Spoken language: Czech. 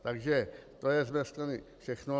Takže to je z mé strany všechno.